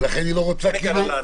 לכן היא לא רוצה לקבע.